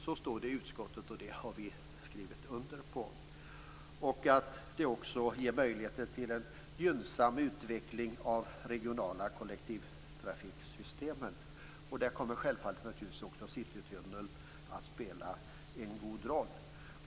Så står det i utskottets skrivning, och det har vi skrivit under. Vidare ges möjligheter till en gynnsam utveckling av de regionala kollektivtrafiksystemen. Där kommer självfallet också Citytunneln att spela en stor roll.